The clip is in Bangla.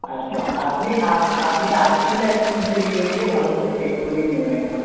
আচ্ছা আপনি আপ আপনি আর্থিংটা একটু মিস্ত্রিকে দিয়ে ভালো করে চেক করিয়ে নেবেন একবার